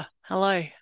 hello